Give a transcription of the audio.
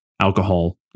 alcohol